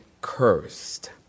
cursed